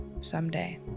someday